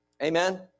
Amen